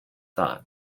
thought